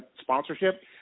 sponsorship